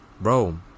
bro